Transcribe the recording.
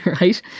Right